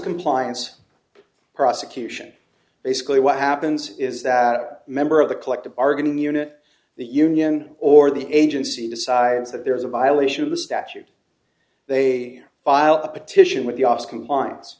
compliance prosecution basically what happens is that a member of the collective bargaining unit the union or the agency decides that there's a violation of the statute they file a petition with the office compliance